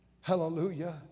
hallelujah